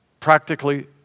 Practically